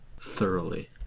Thoroughly